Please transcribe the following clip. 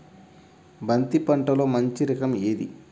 బంతి పంటలో మంచి రకం ఏది?